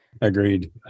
agreed